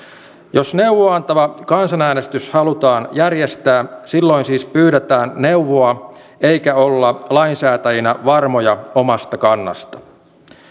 jos neuvoa antava kansanäänestys halutaan järjestää silloin siis pyydetään neuvoa eikä olla lainsäätäjinä varmoja omasta kannasta